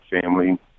family